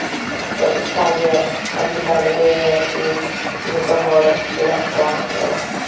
ᱦᱳᱭᱛᱳ ᱮᱥᱠᱟᱨ ᱜᱮ ᱟᱢ ᱪᱮᱛᱟᱱ ᱨᱮᱜᱮ ᱟᱨᱠᱤ ᱡᱚᱛᱚᱦᱚᱲ ᱢᱮᱱᱟᱜ ᱠᱚᱣᱟ ᱦᱮᱸ